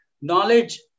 Knowledge